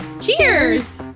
Cheers